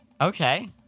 Okay